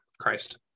Christ